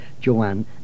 Joanne